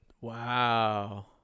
Wow